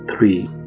Three